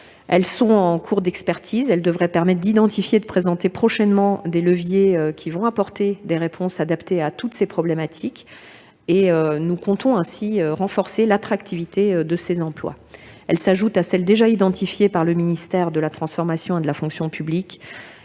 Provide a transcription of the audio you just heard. mesures sont en cours d'expertise et devraient permettre d'identifier et de présenter prochainement les leviers permettant d'apporter des réponses adaptées à ces problématiques. Nous comptons ainsi renforcer l'attractivité de ces emplois. Ces propositions s'ajoutent à celles déjà identifiées par le ministère de la transformation et de la fonction publiques,